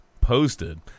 posted